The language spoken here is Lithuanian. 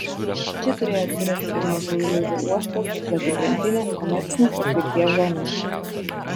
čia turėjo atsirasti ir mažųjų laivų uostas plati krantinė komercinės paskirties zona